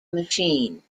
machine